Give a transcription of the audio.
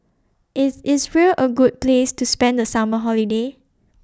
IS Israel A Great Place to spend The Summer Holiday